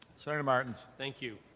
senator martins. thank you.